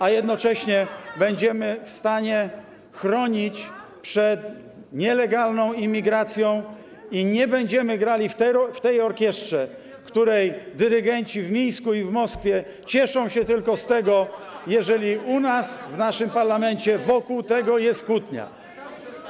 A jednocześnie będziemy w stanie chronić przed nielegalną imigracją i nie będziemy grali w tej orkiestrze, w której dyrygenci w Mińsku i w Moskwie cieszą się, jeżeli u nas, w naszym parlamencie wokół tego tematu jest kłótnia.